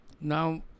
Now